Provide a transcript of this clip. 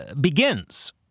begins